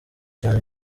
cyane